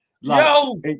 yo